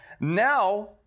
Now